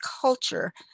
culture